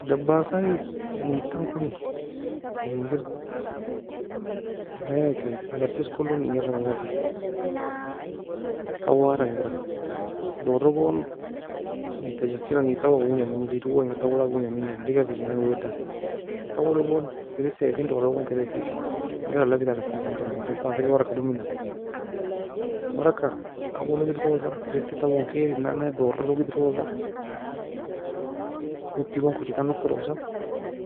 Dabasi neidtam koni, neid engir, eka menga eagia eka ayie? Agar tosko log engir mania fe, kwara engir doro gon neidta jaena neid tawoe ka gugna menji, neid owo engir tawolak gugna menjinna, degafejena werwedan, tawoe logon tersie fin doro gon tersie fe, engir alafi assi in dabasai ken waragka dominan, wargka taue log idrosa, tirissi townnkailin nanne doro log edrosa, owtiy gon kochi tana okirosa,